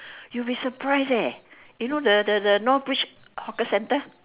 you'd be surprised eh you know the the the north bridge hawker centre